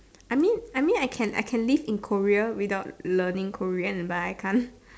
I mean I mean I can I can live in Korea without learning Korean but I can't